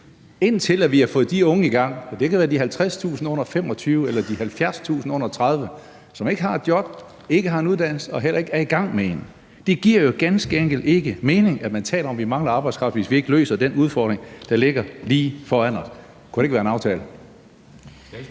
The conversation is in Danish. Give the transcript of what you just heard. indtil vi har fået de unge i gang – og det kan være de 50.000 under 25 år eller de 70.000 under 30 år – som ikke har et job, som ikke har en uddannelse, og som heller ikke er i gang med en. For det giver jo ganske enkelt ikke mening, at man taler om, at vi mangler arbejdskraft, hvis vi ikke løser den udfordring, der ligger lige foran os. Kunne det ikke være en aftale?